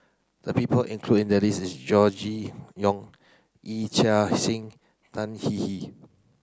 the people includ in the list Gregory Yong Yee Chia Hsing Tan Hwee Hwee